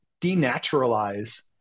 denaturalize